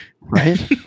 Right